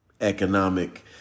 economic